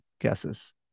guesses